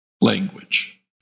language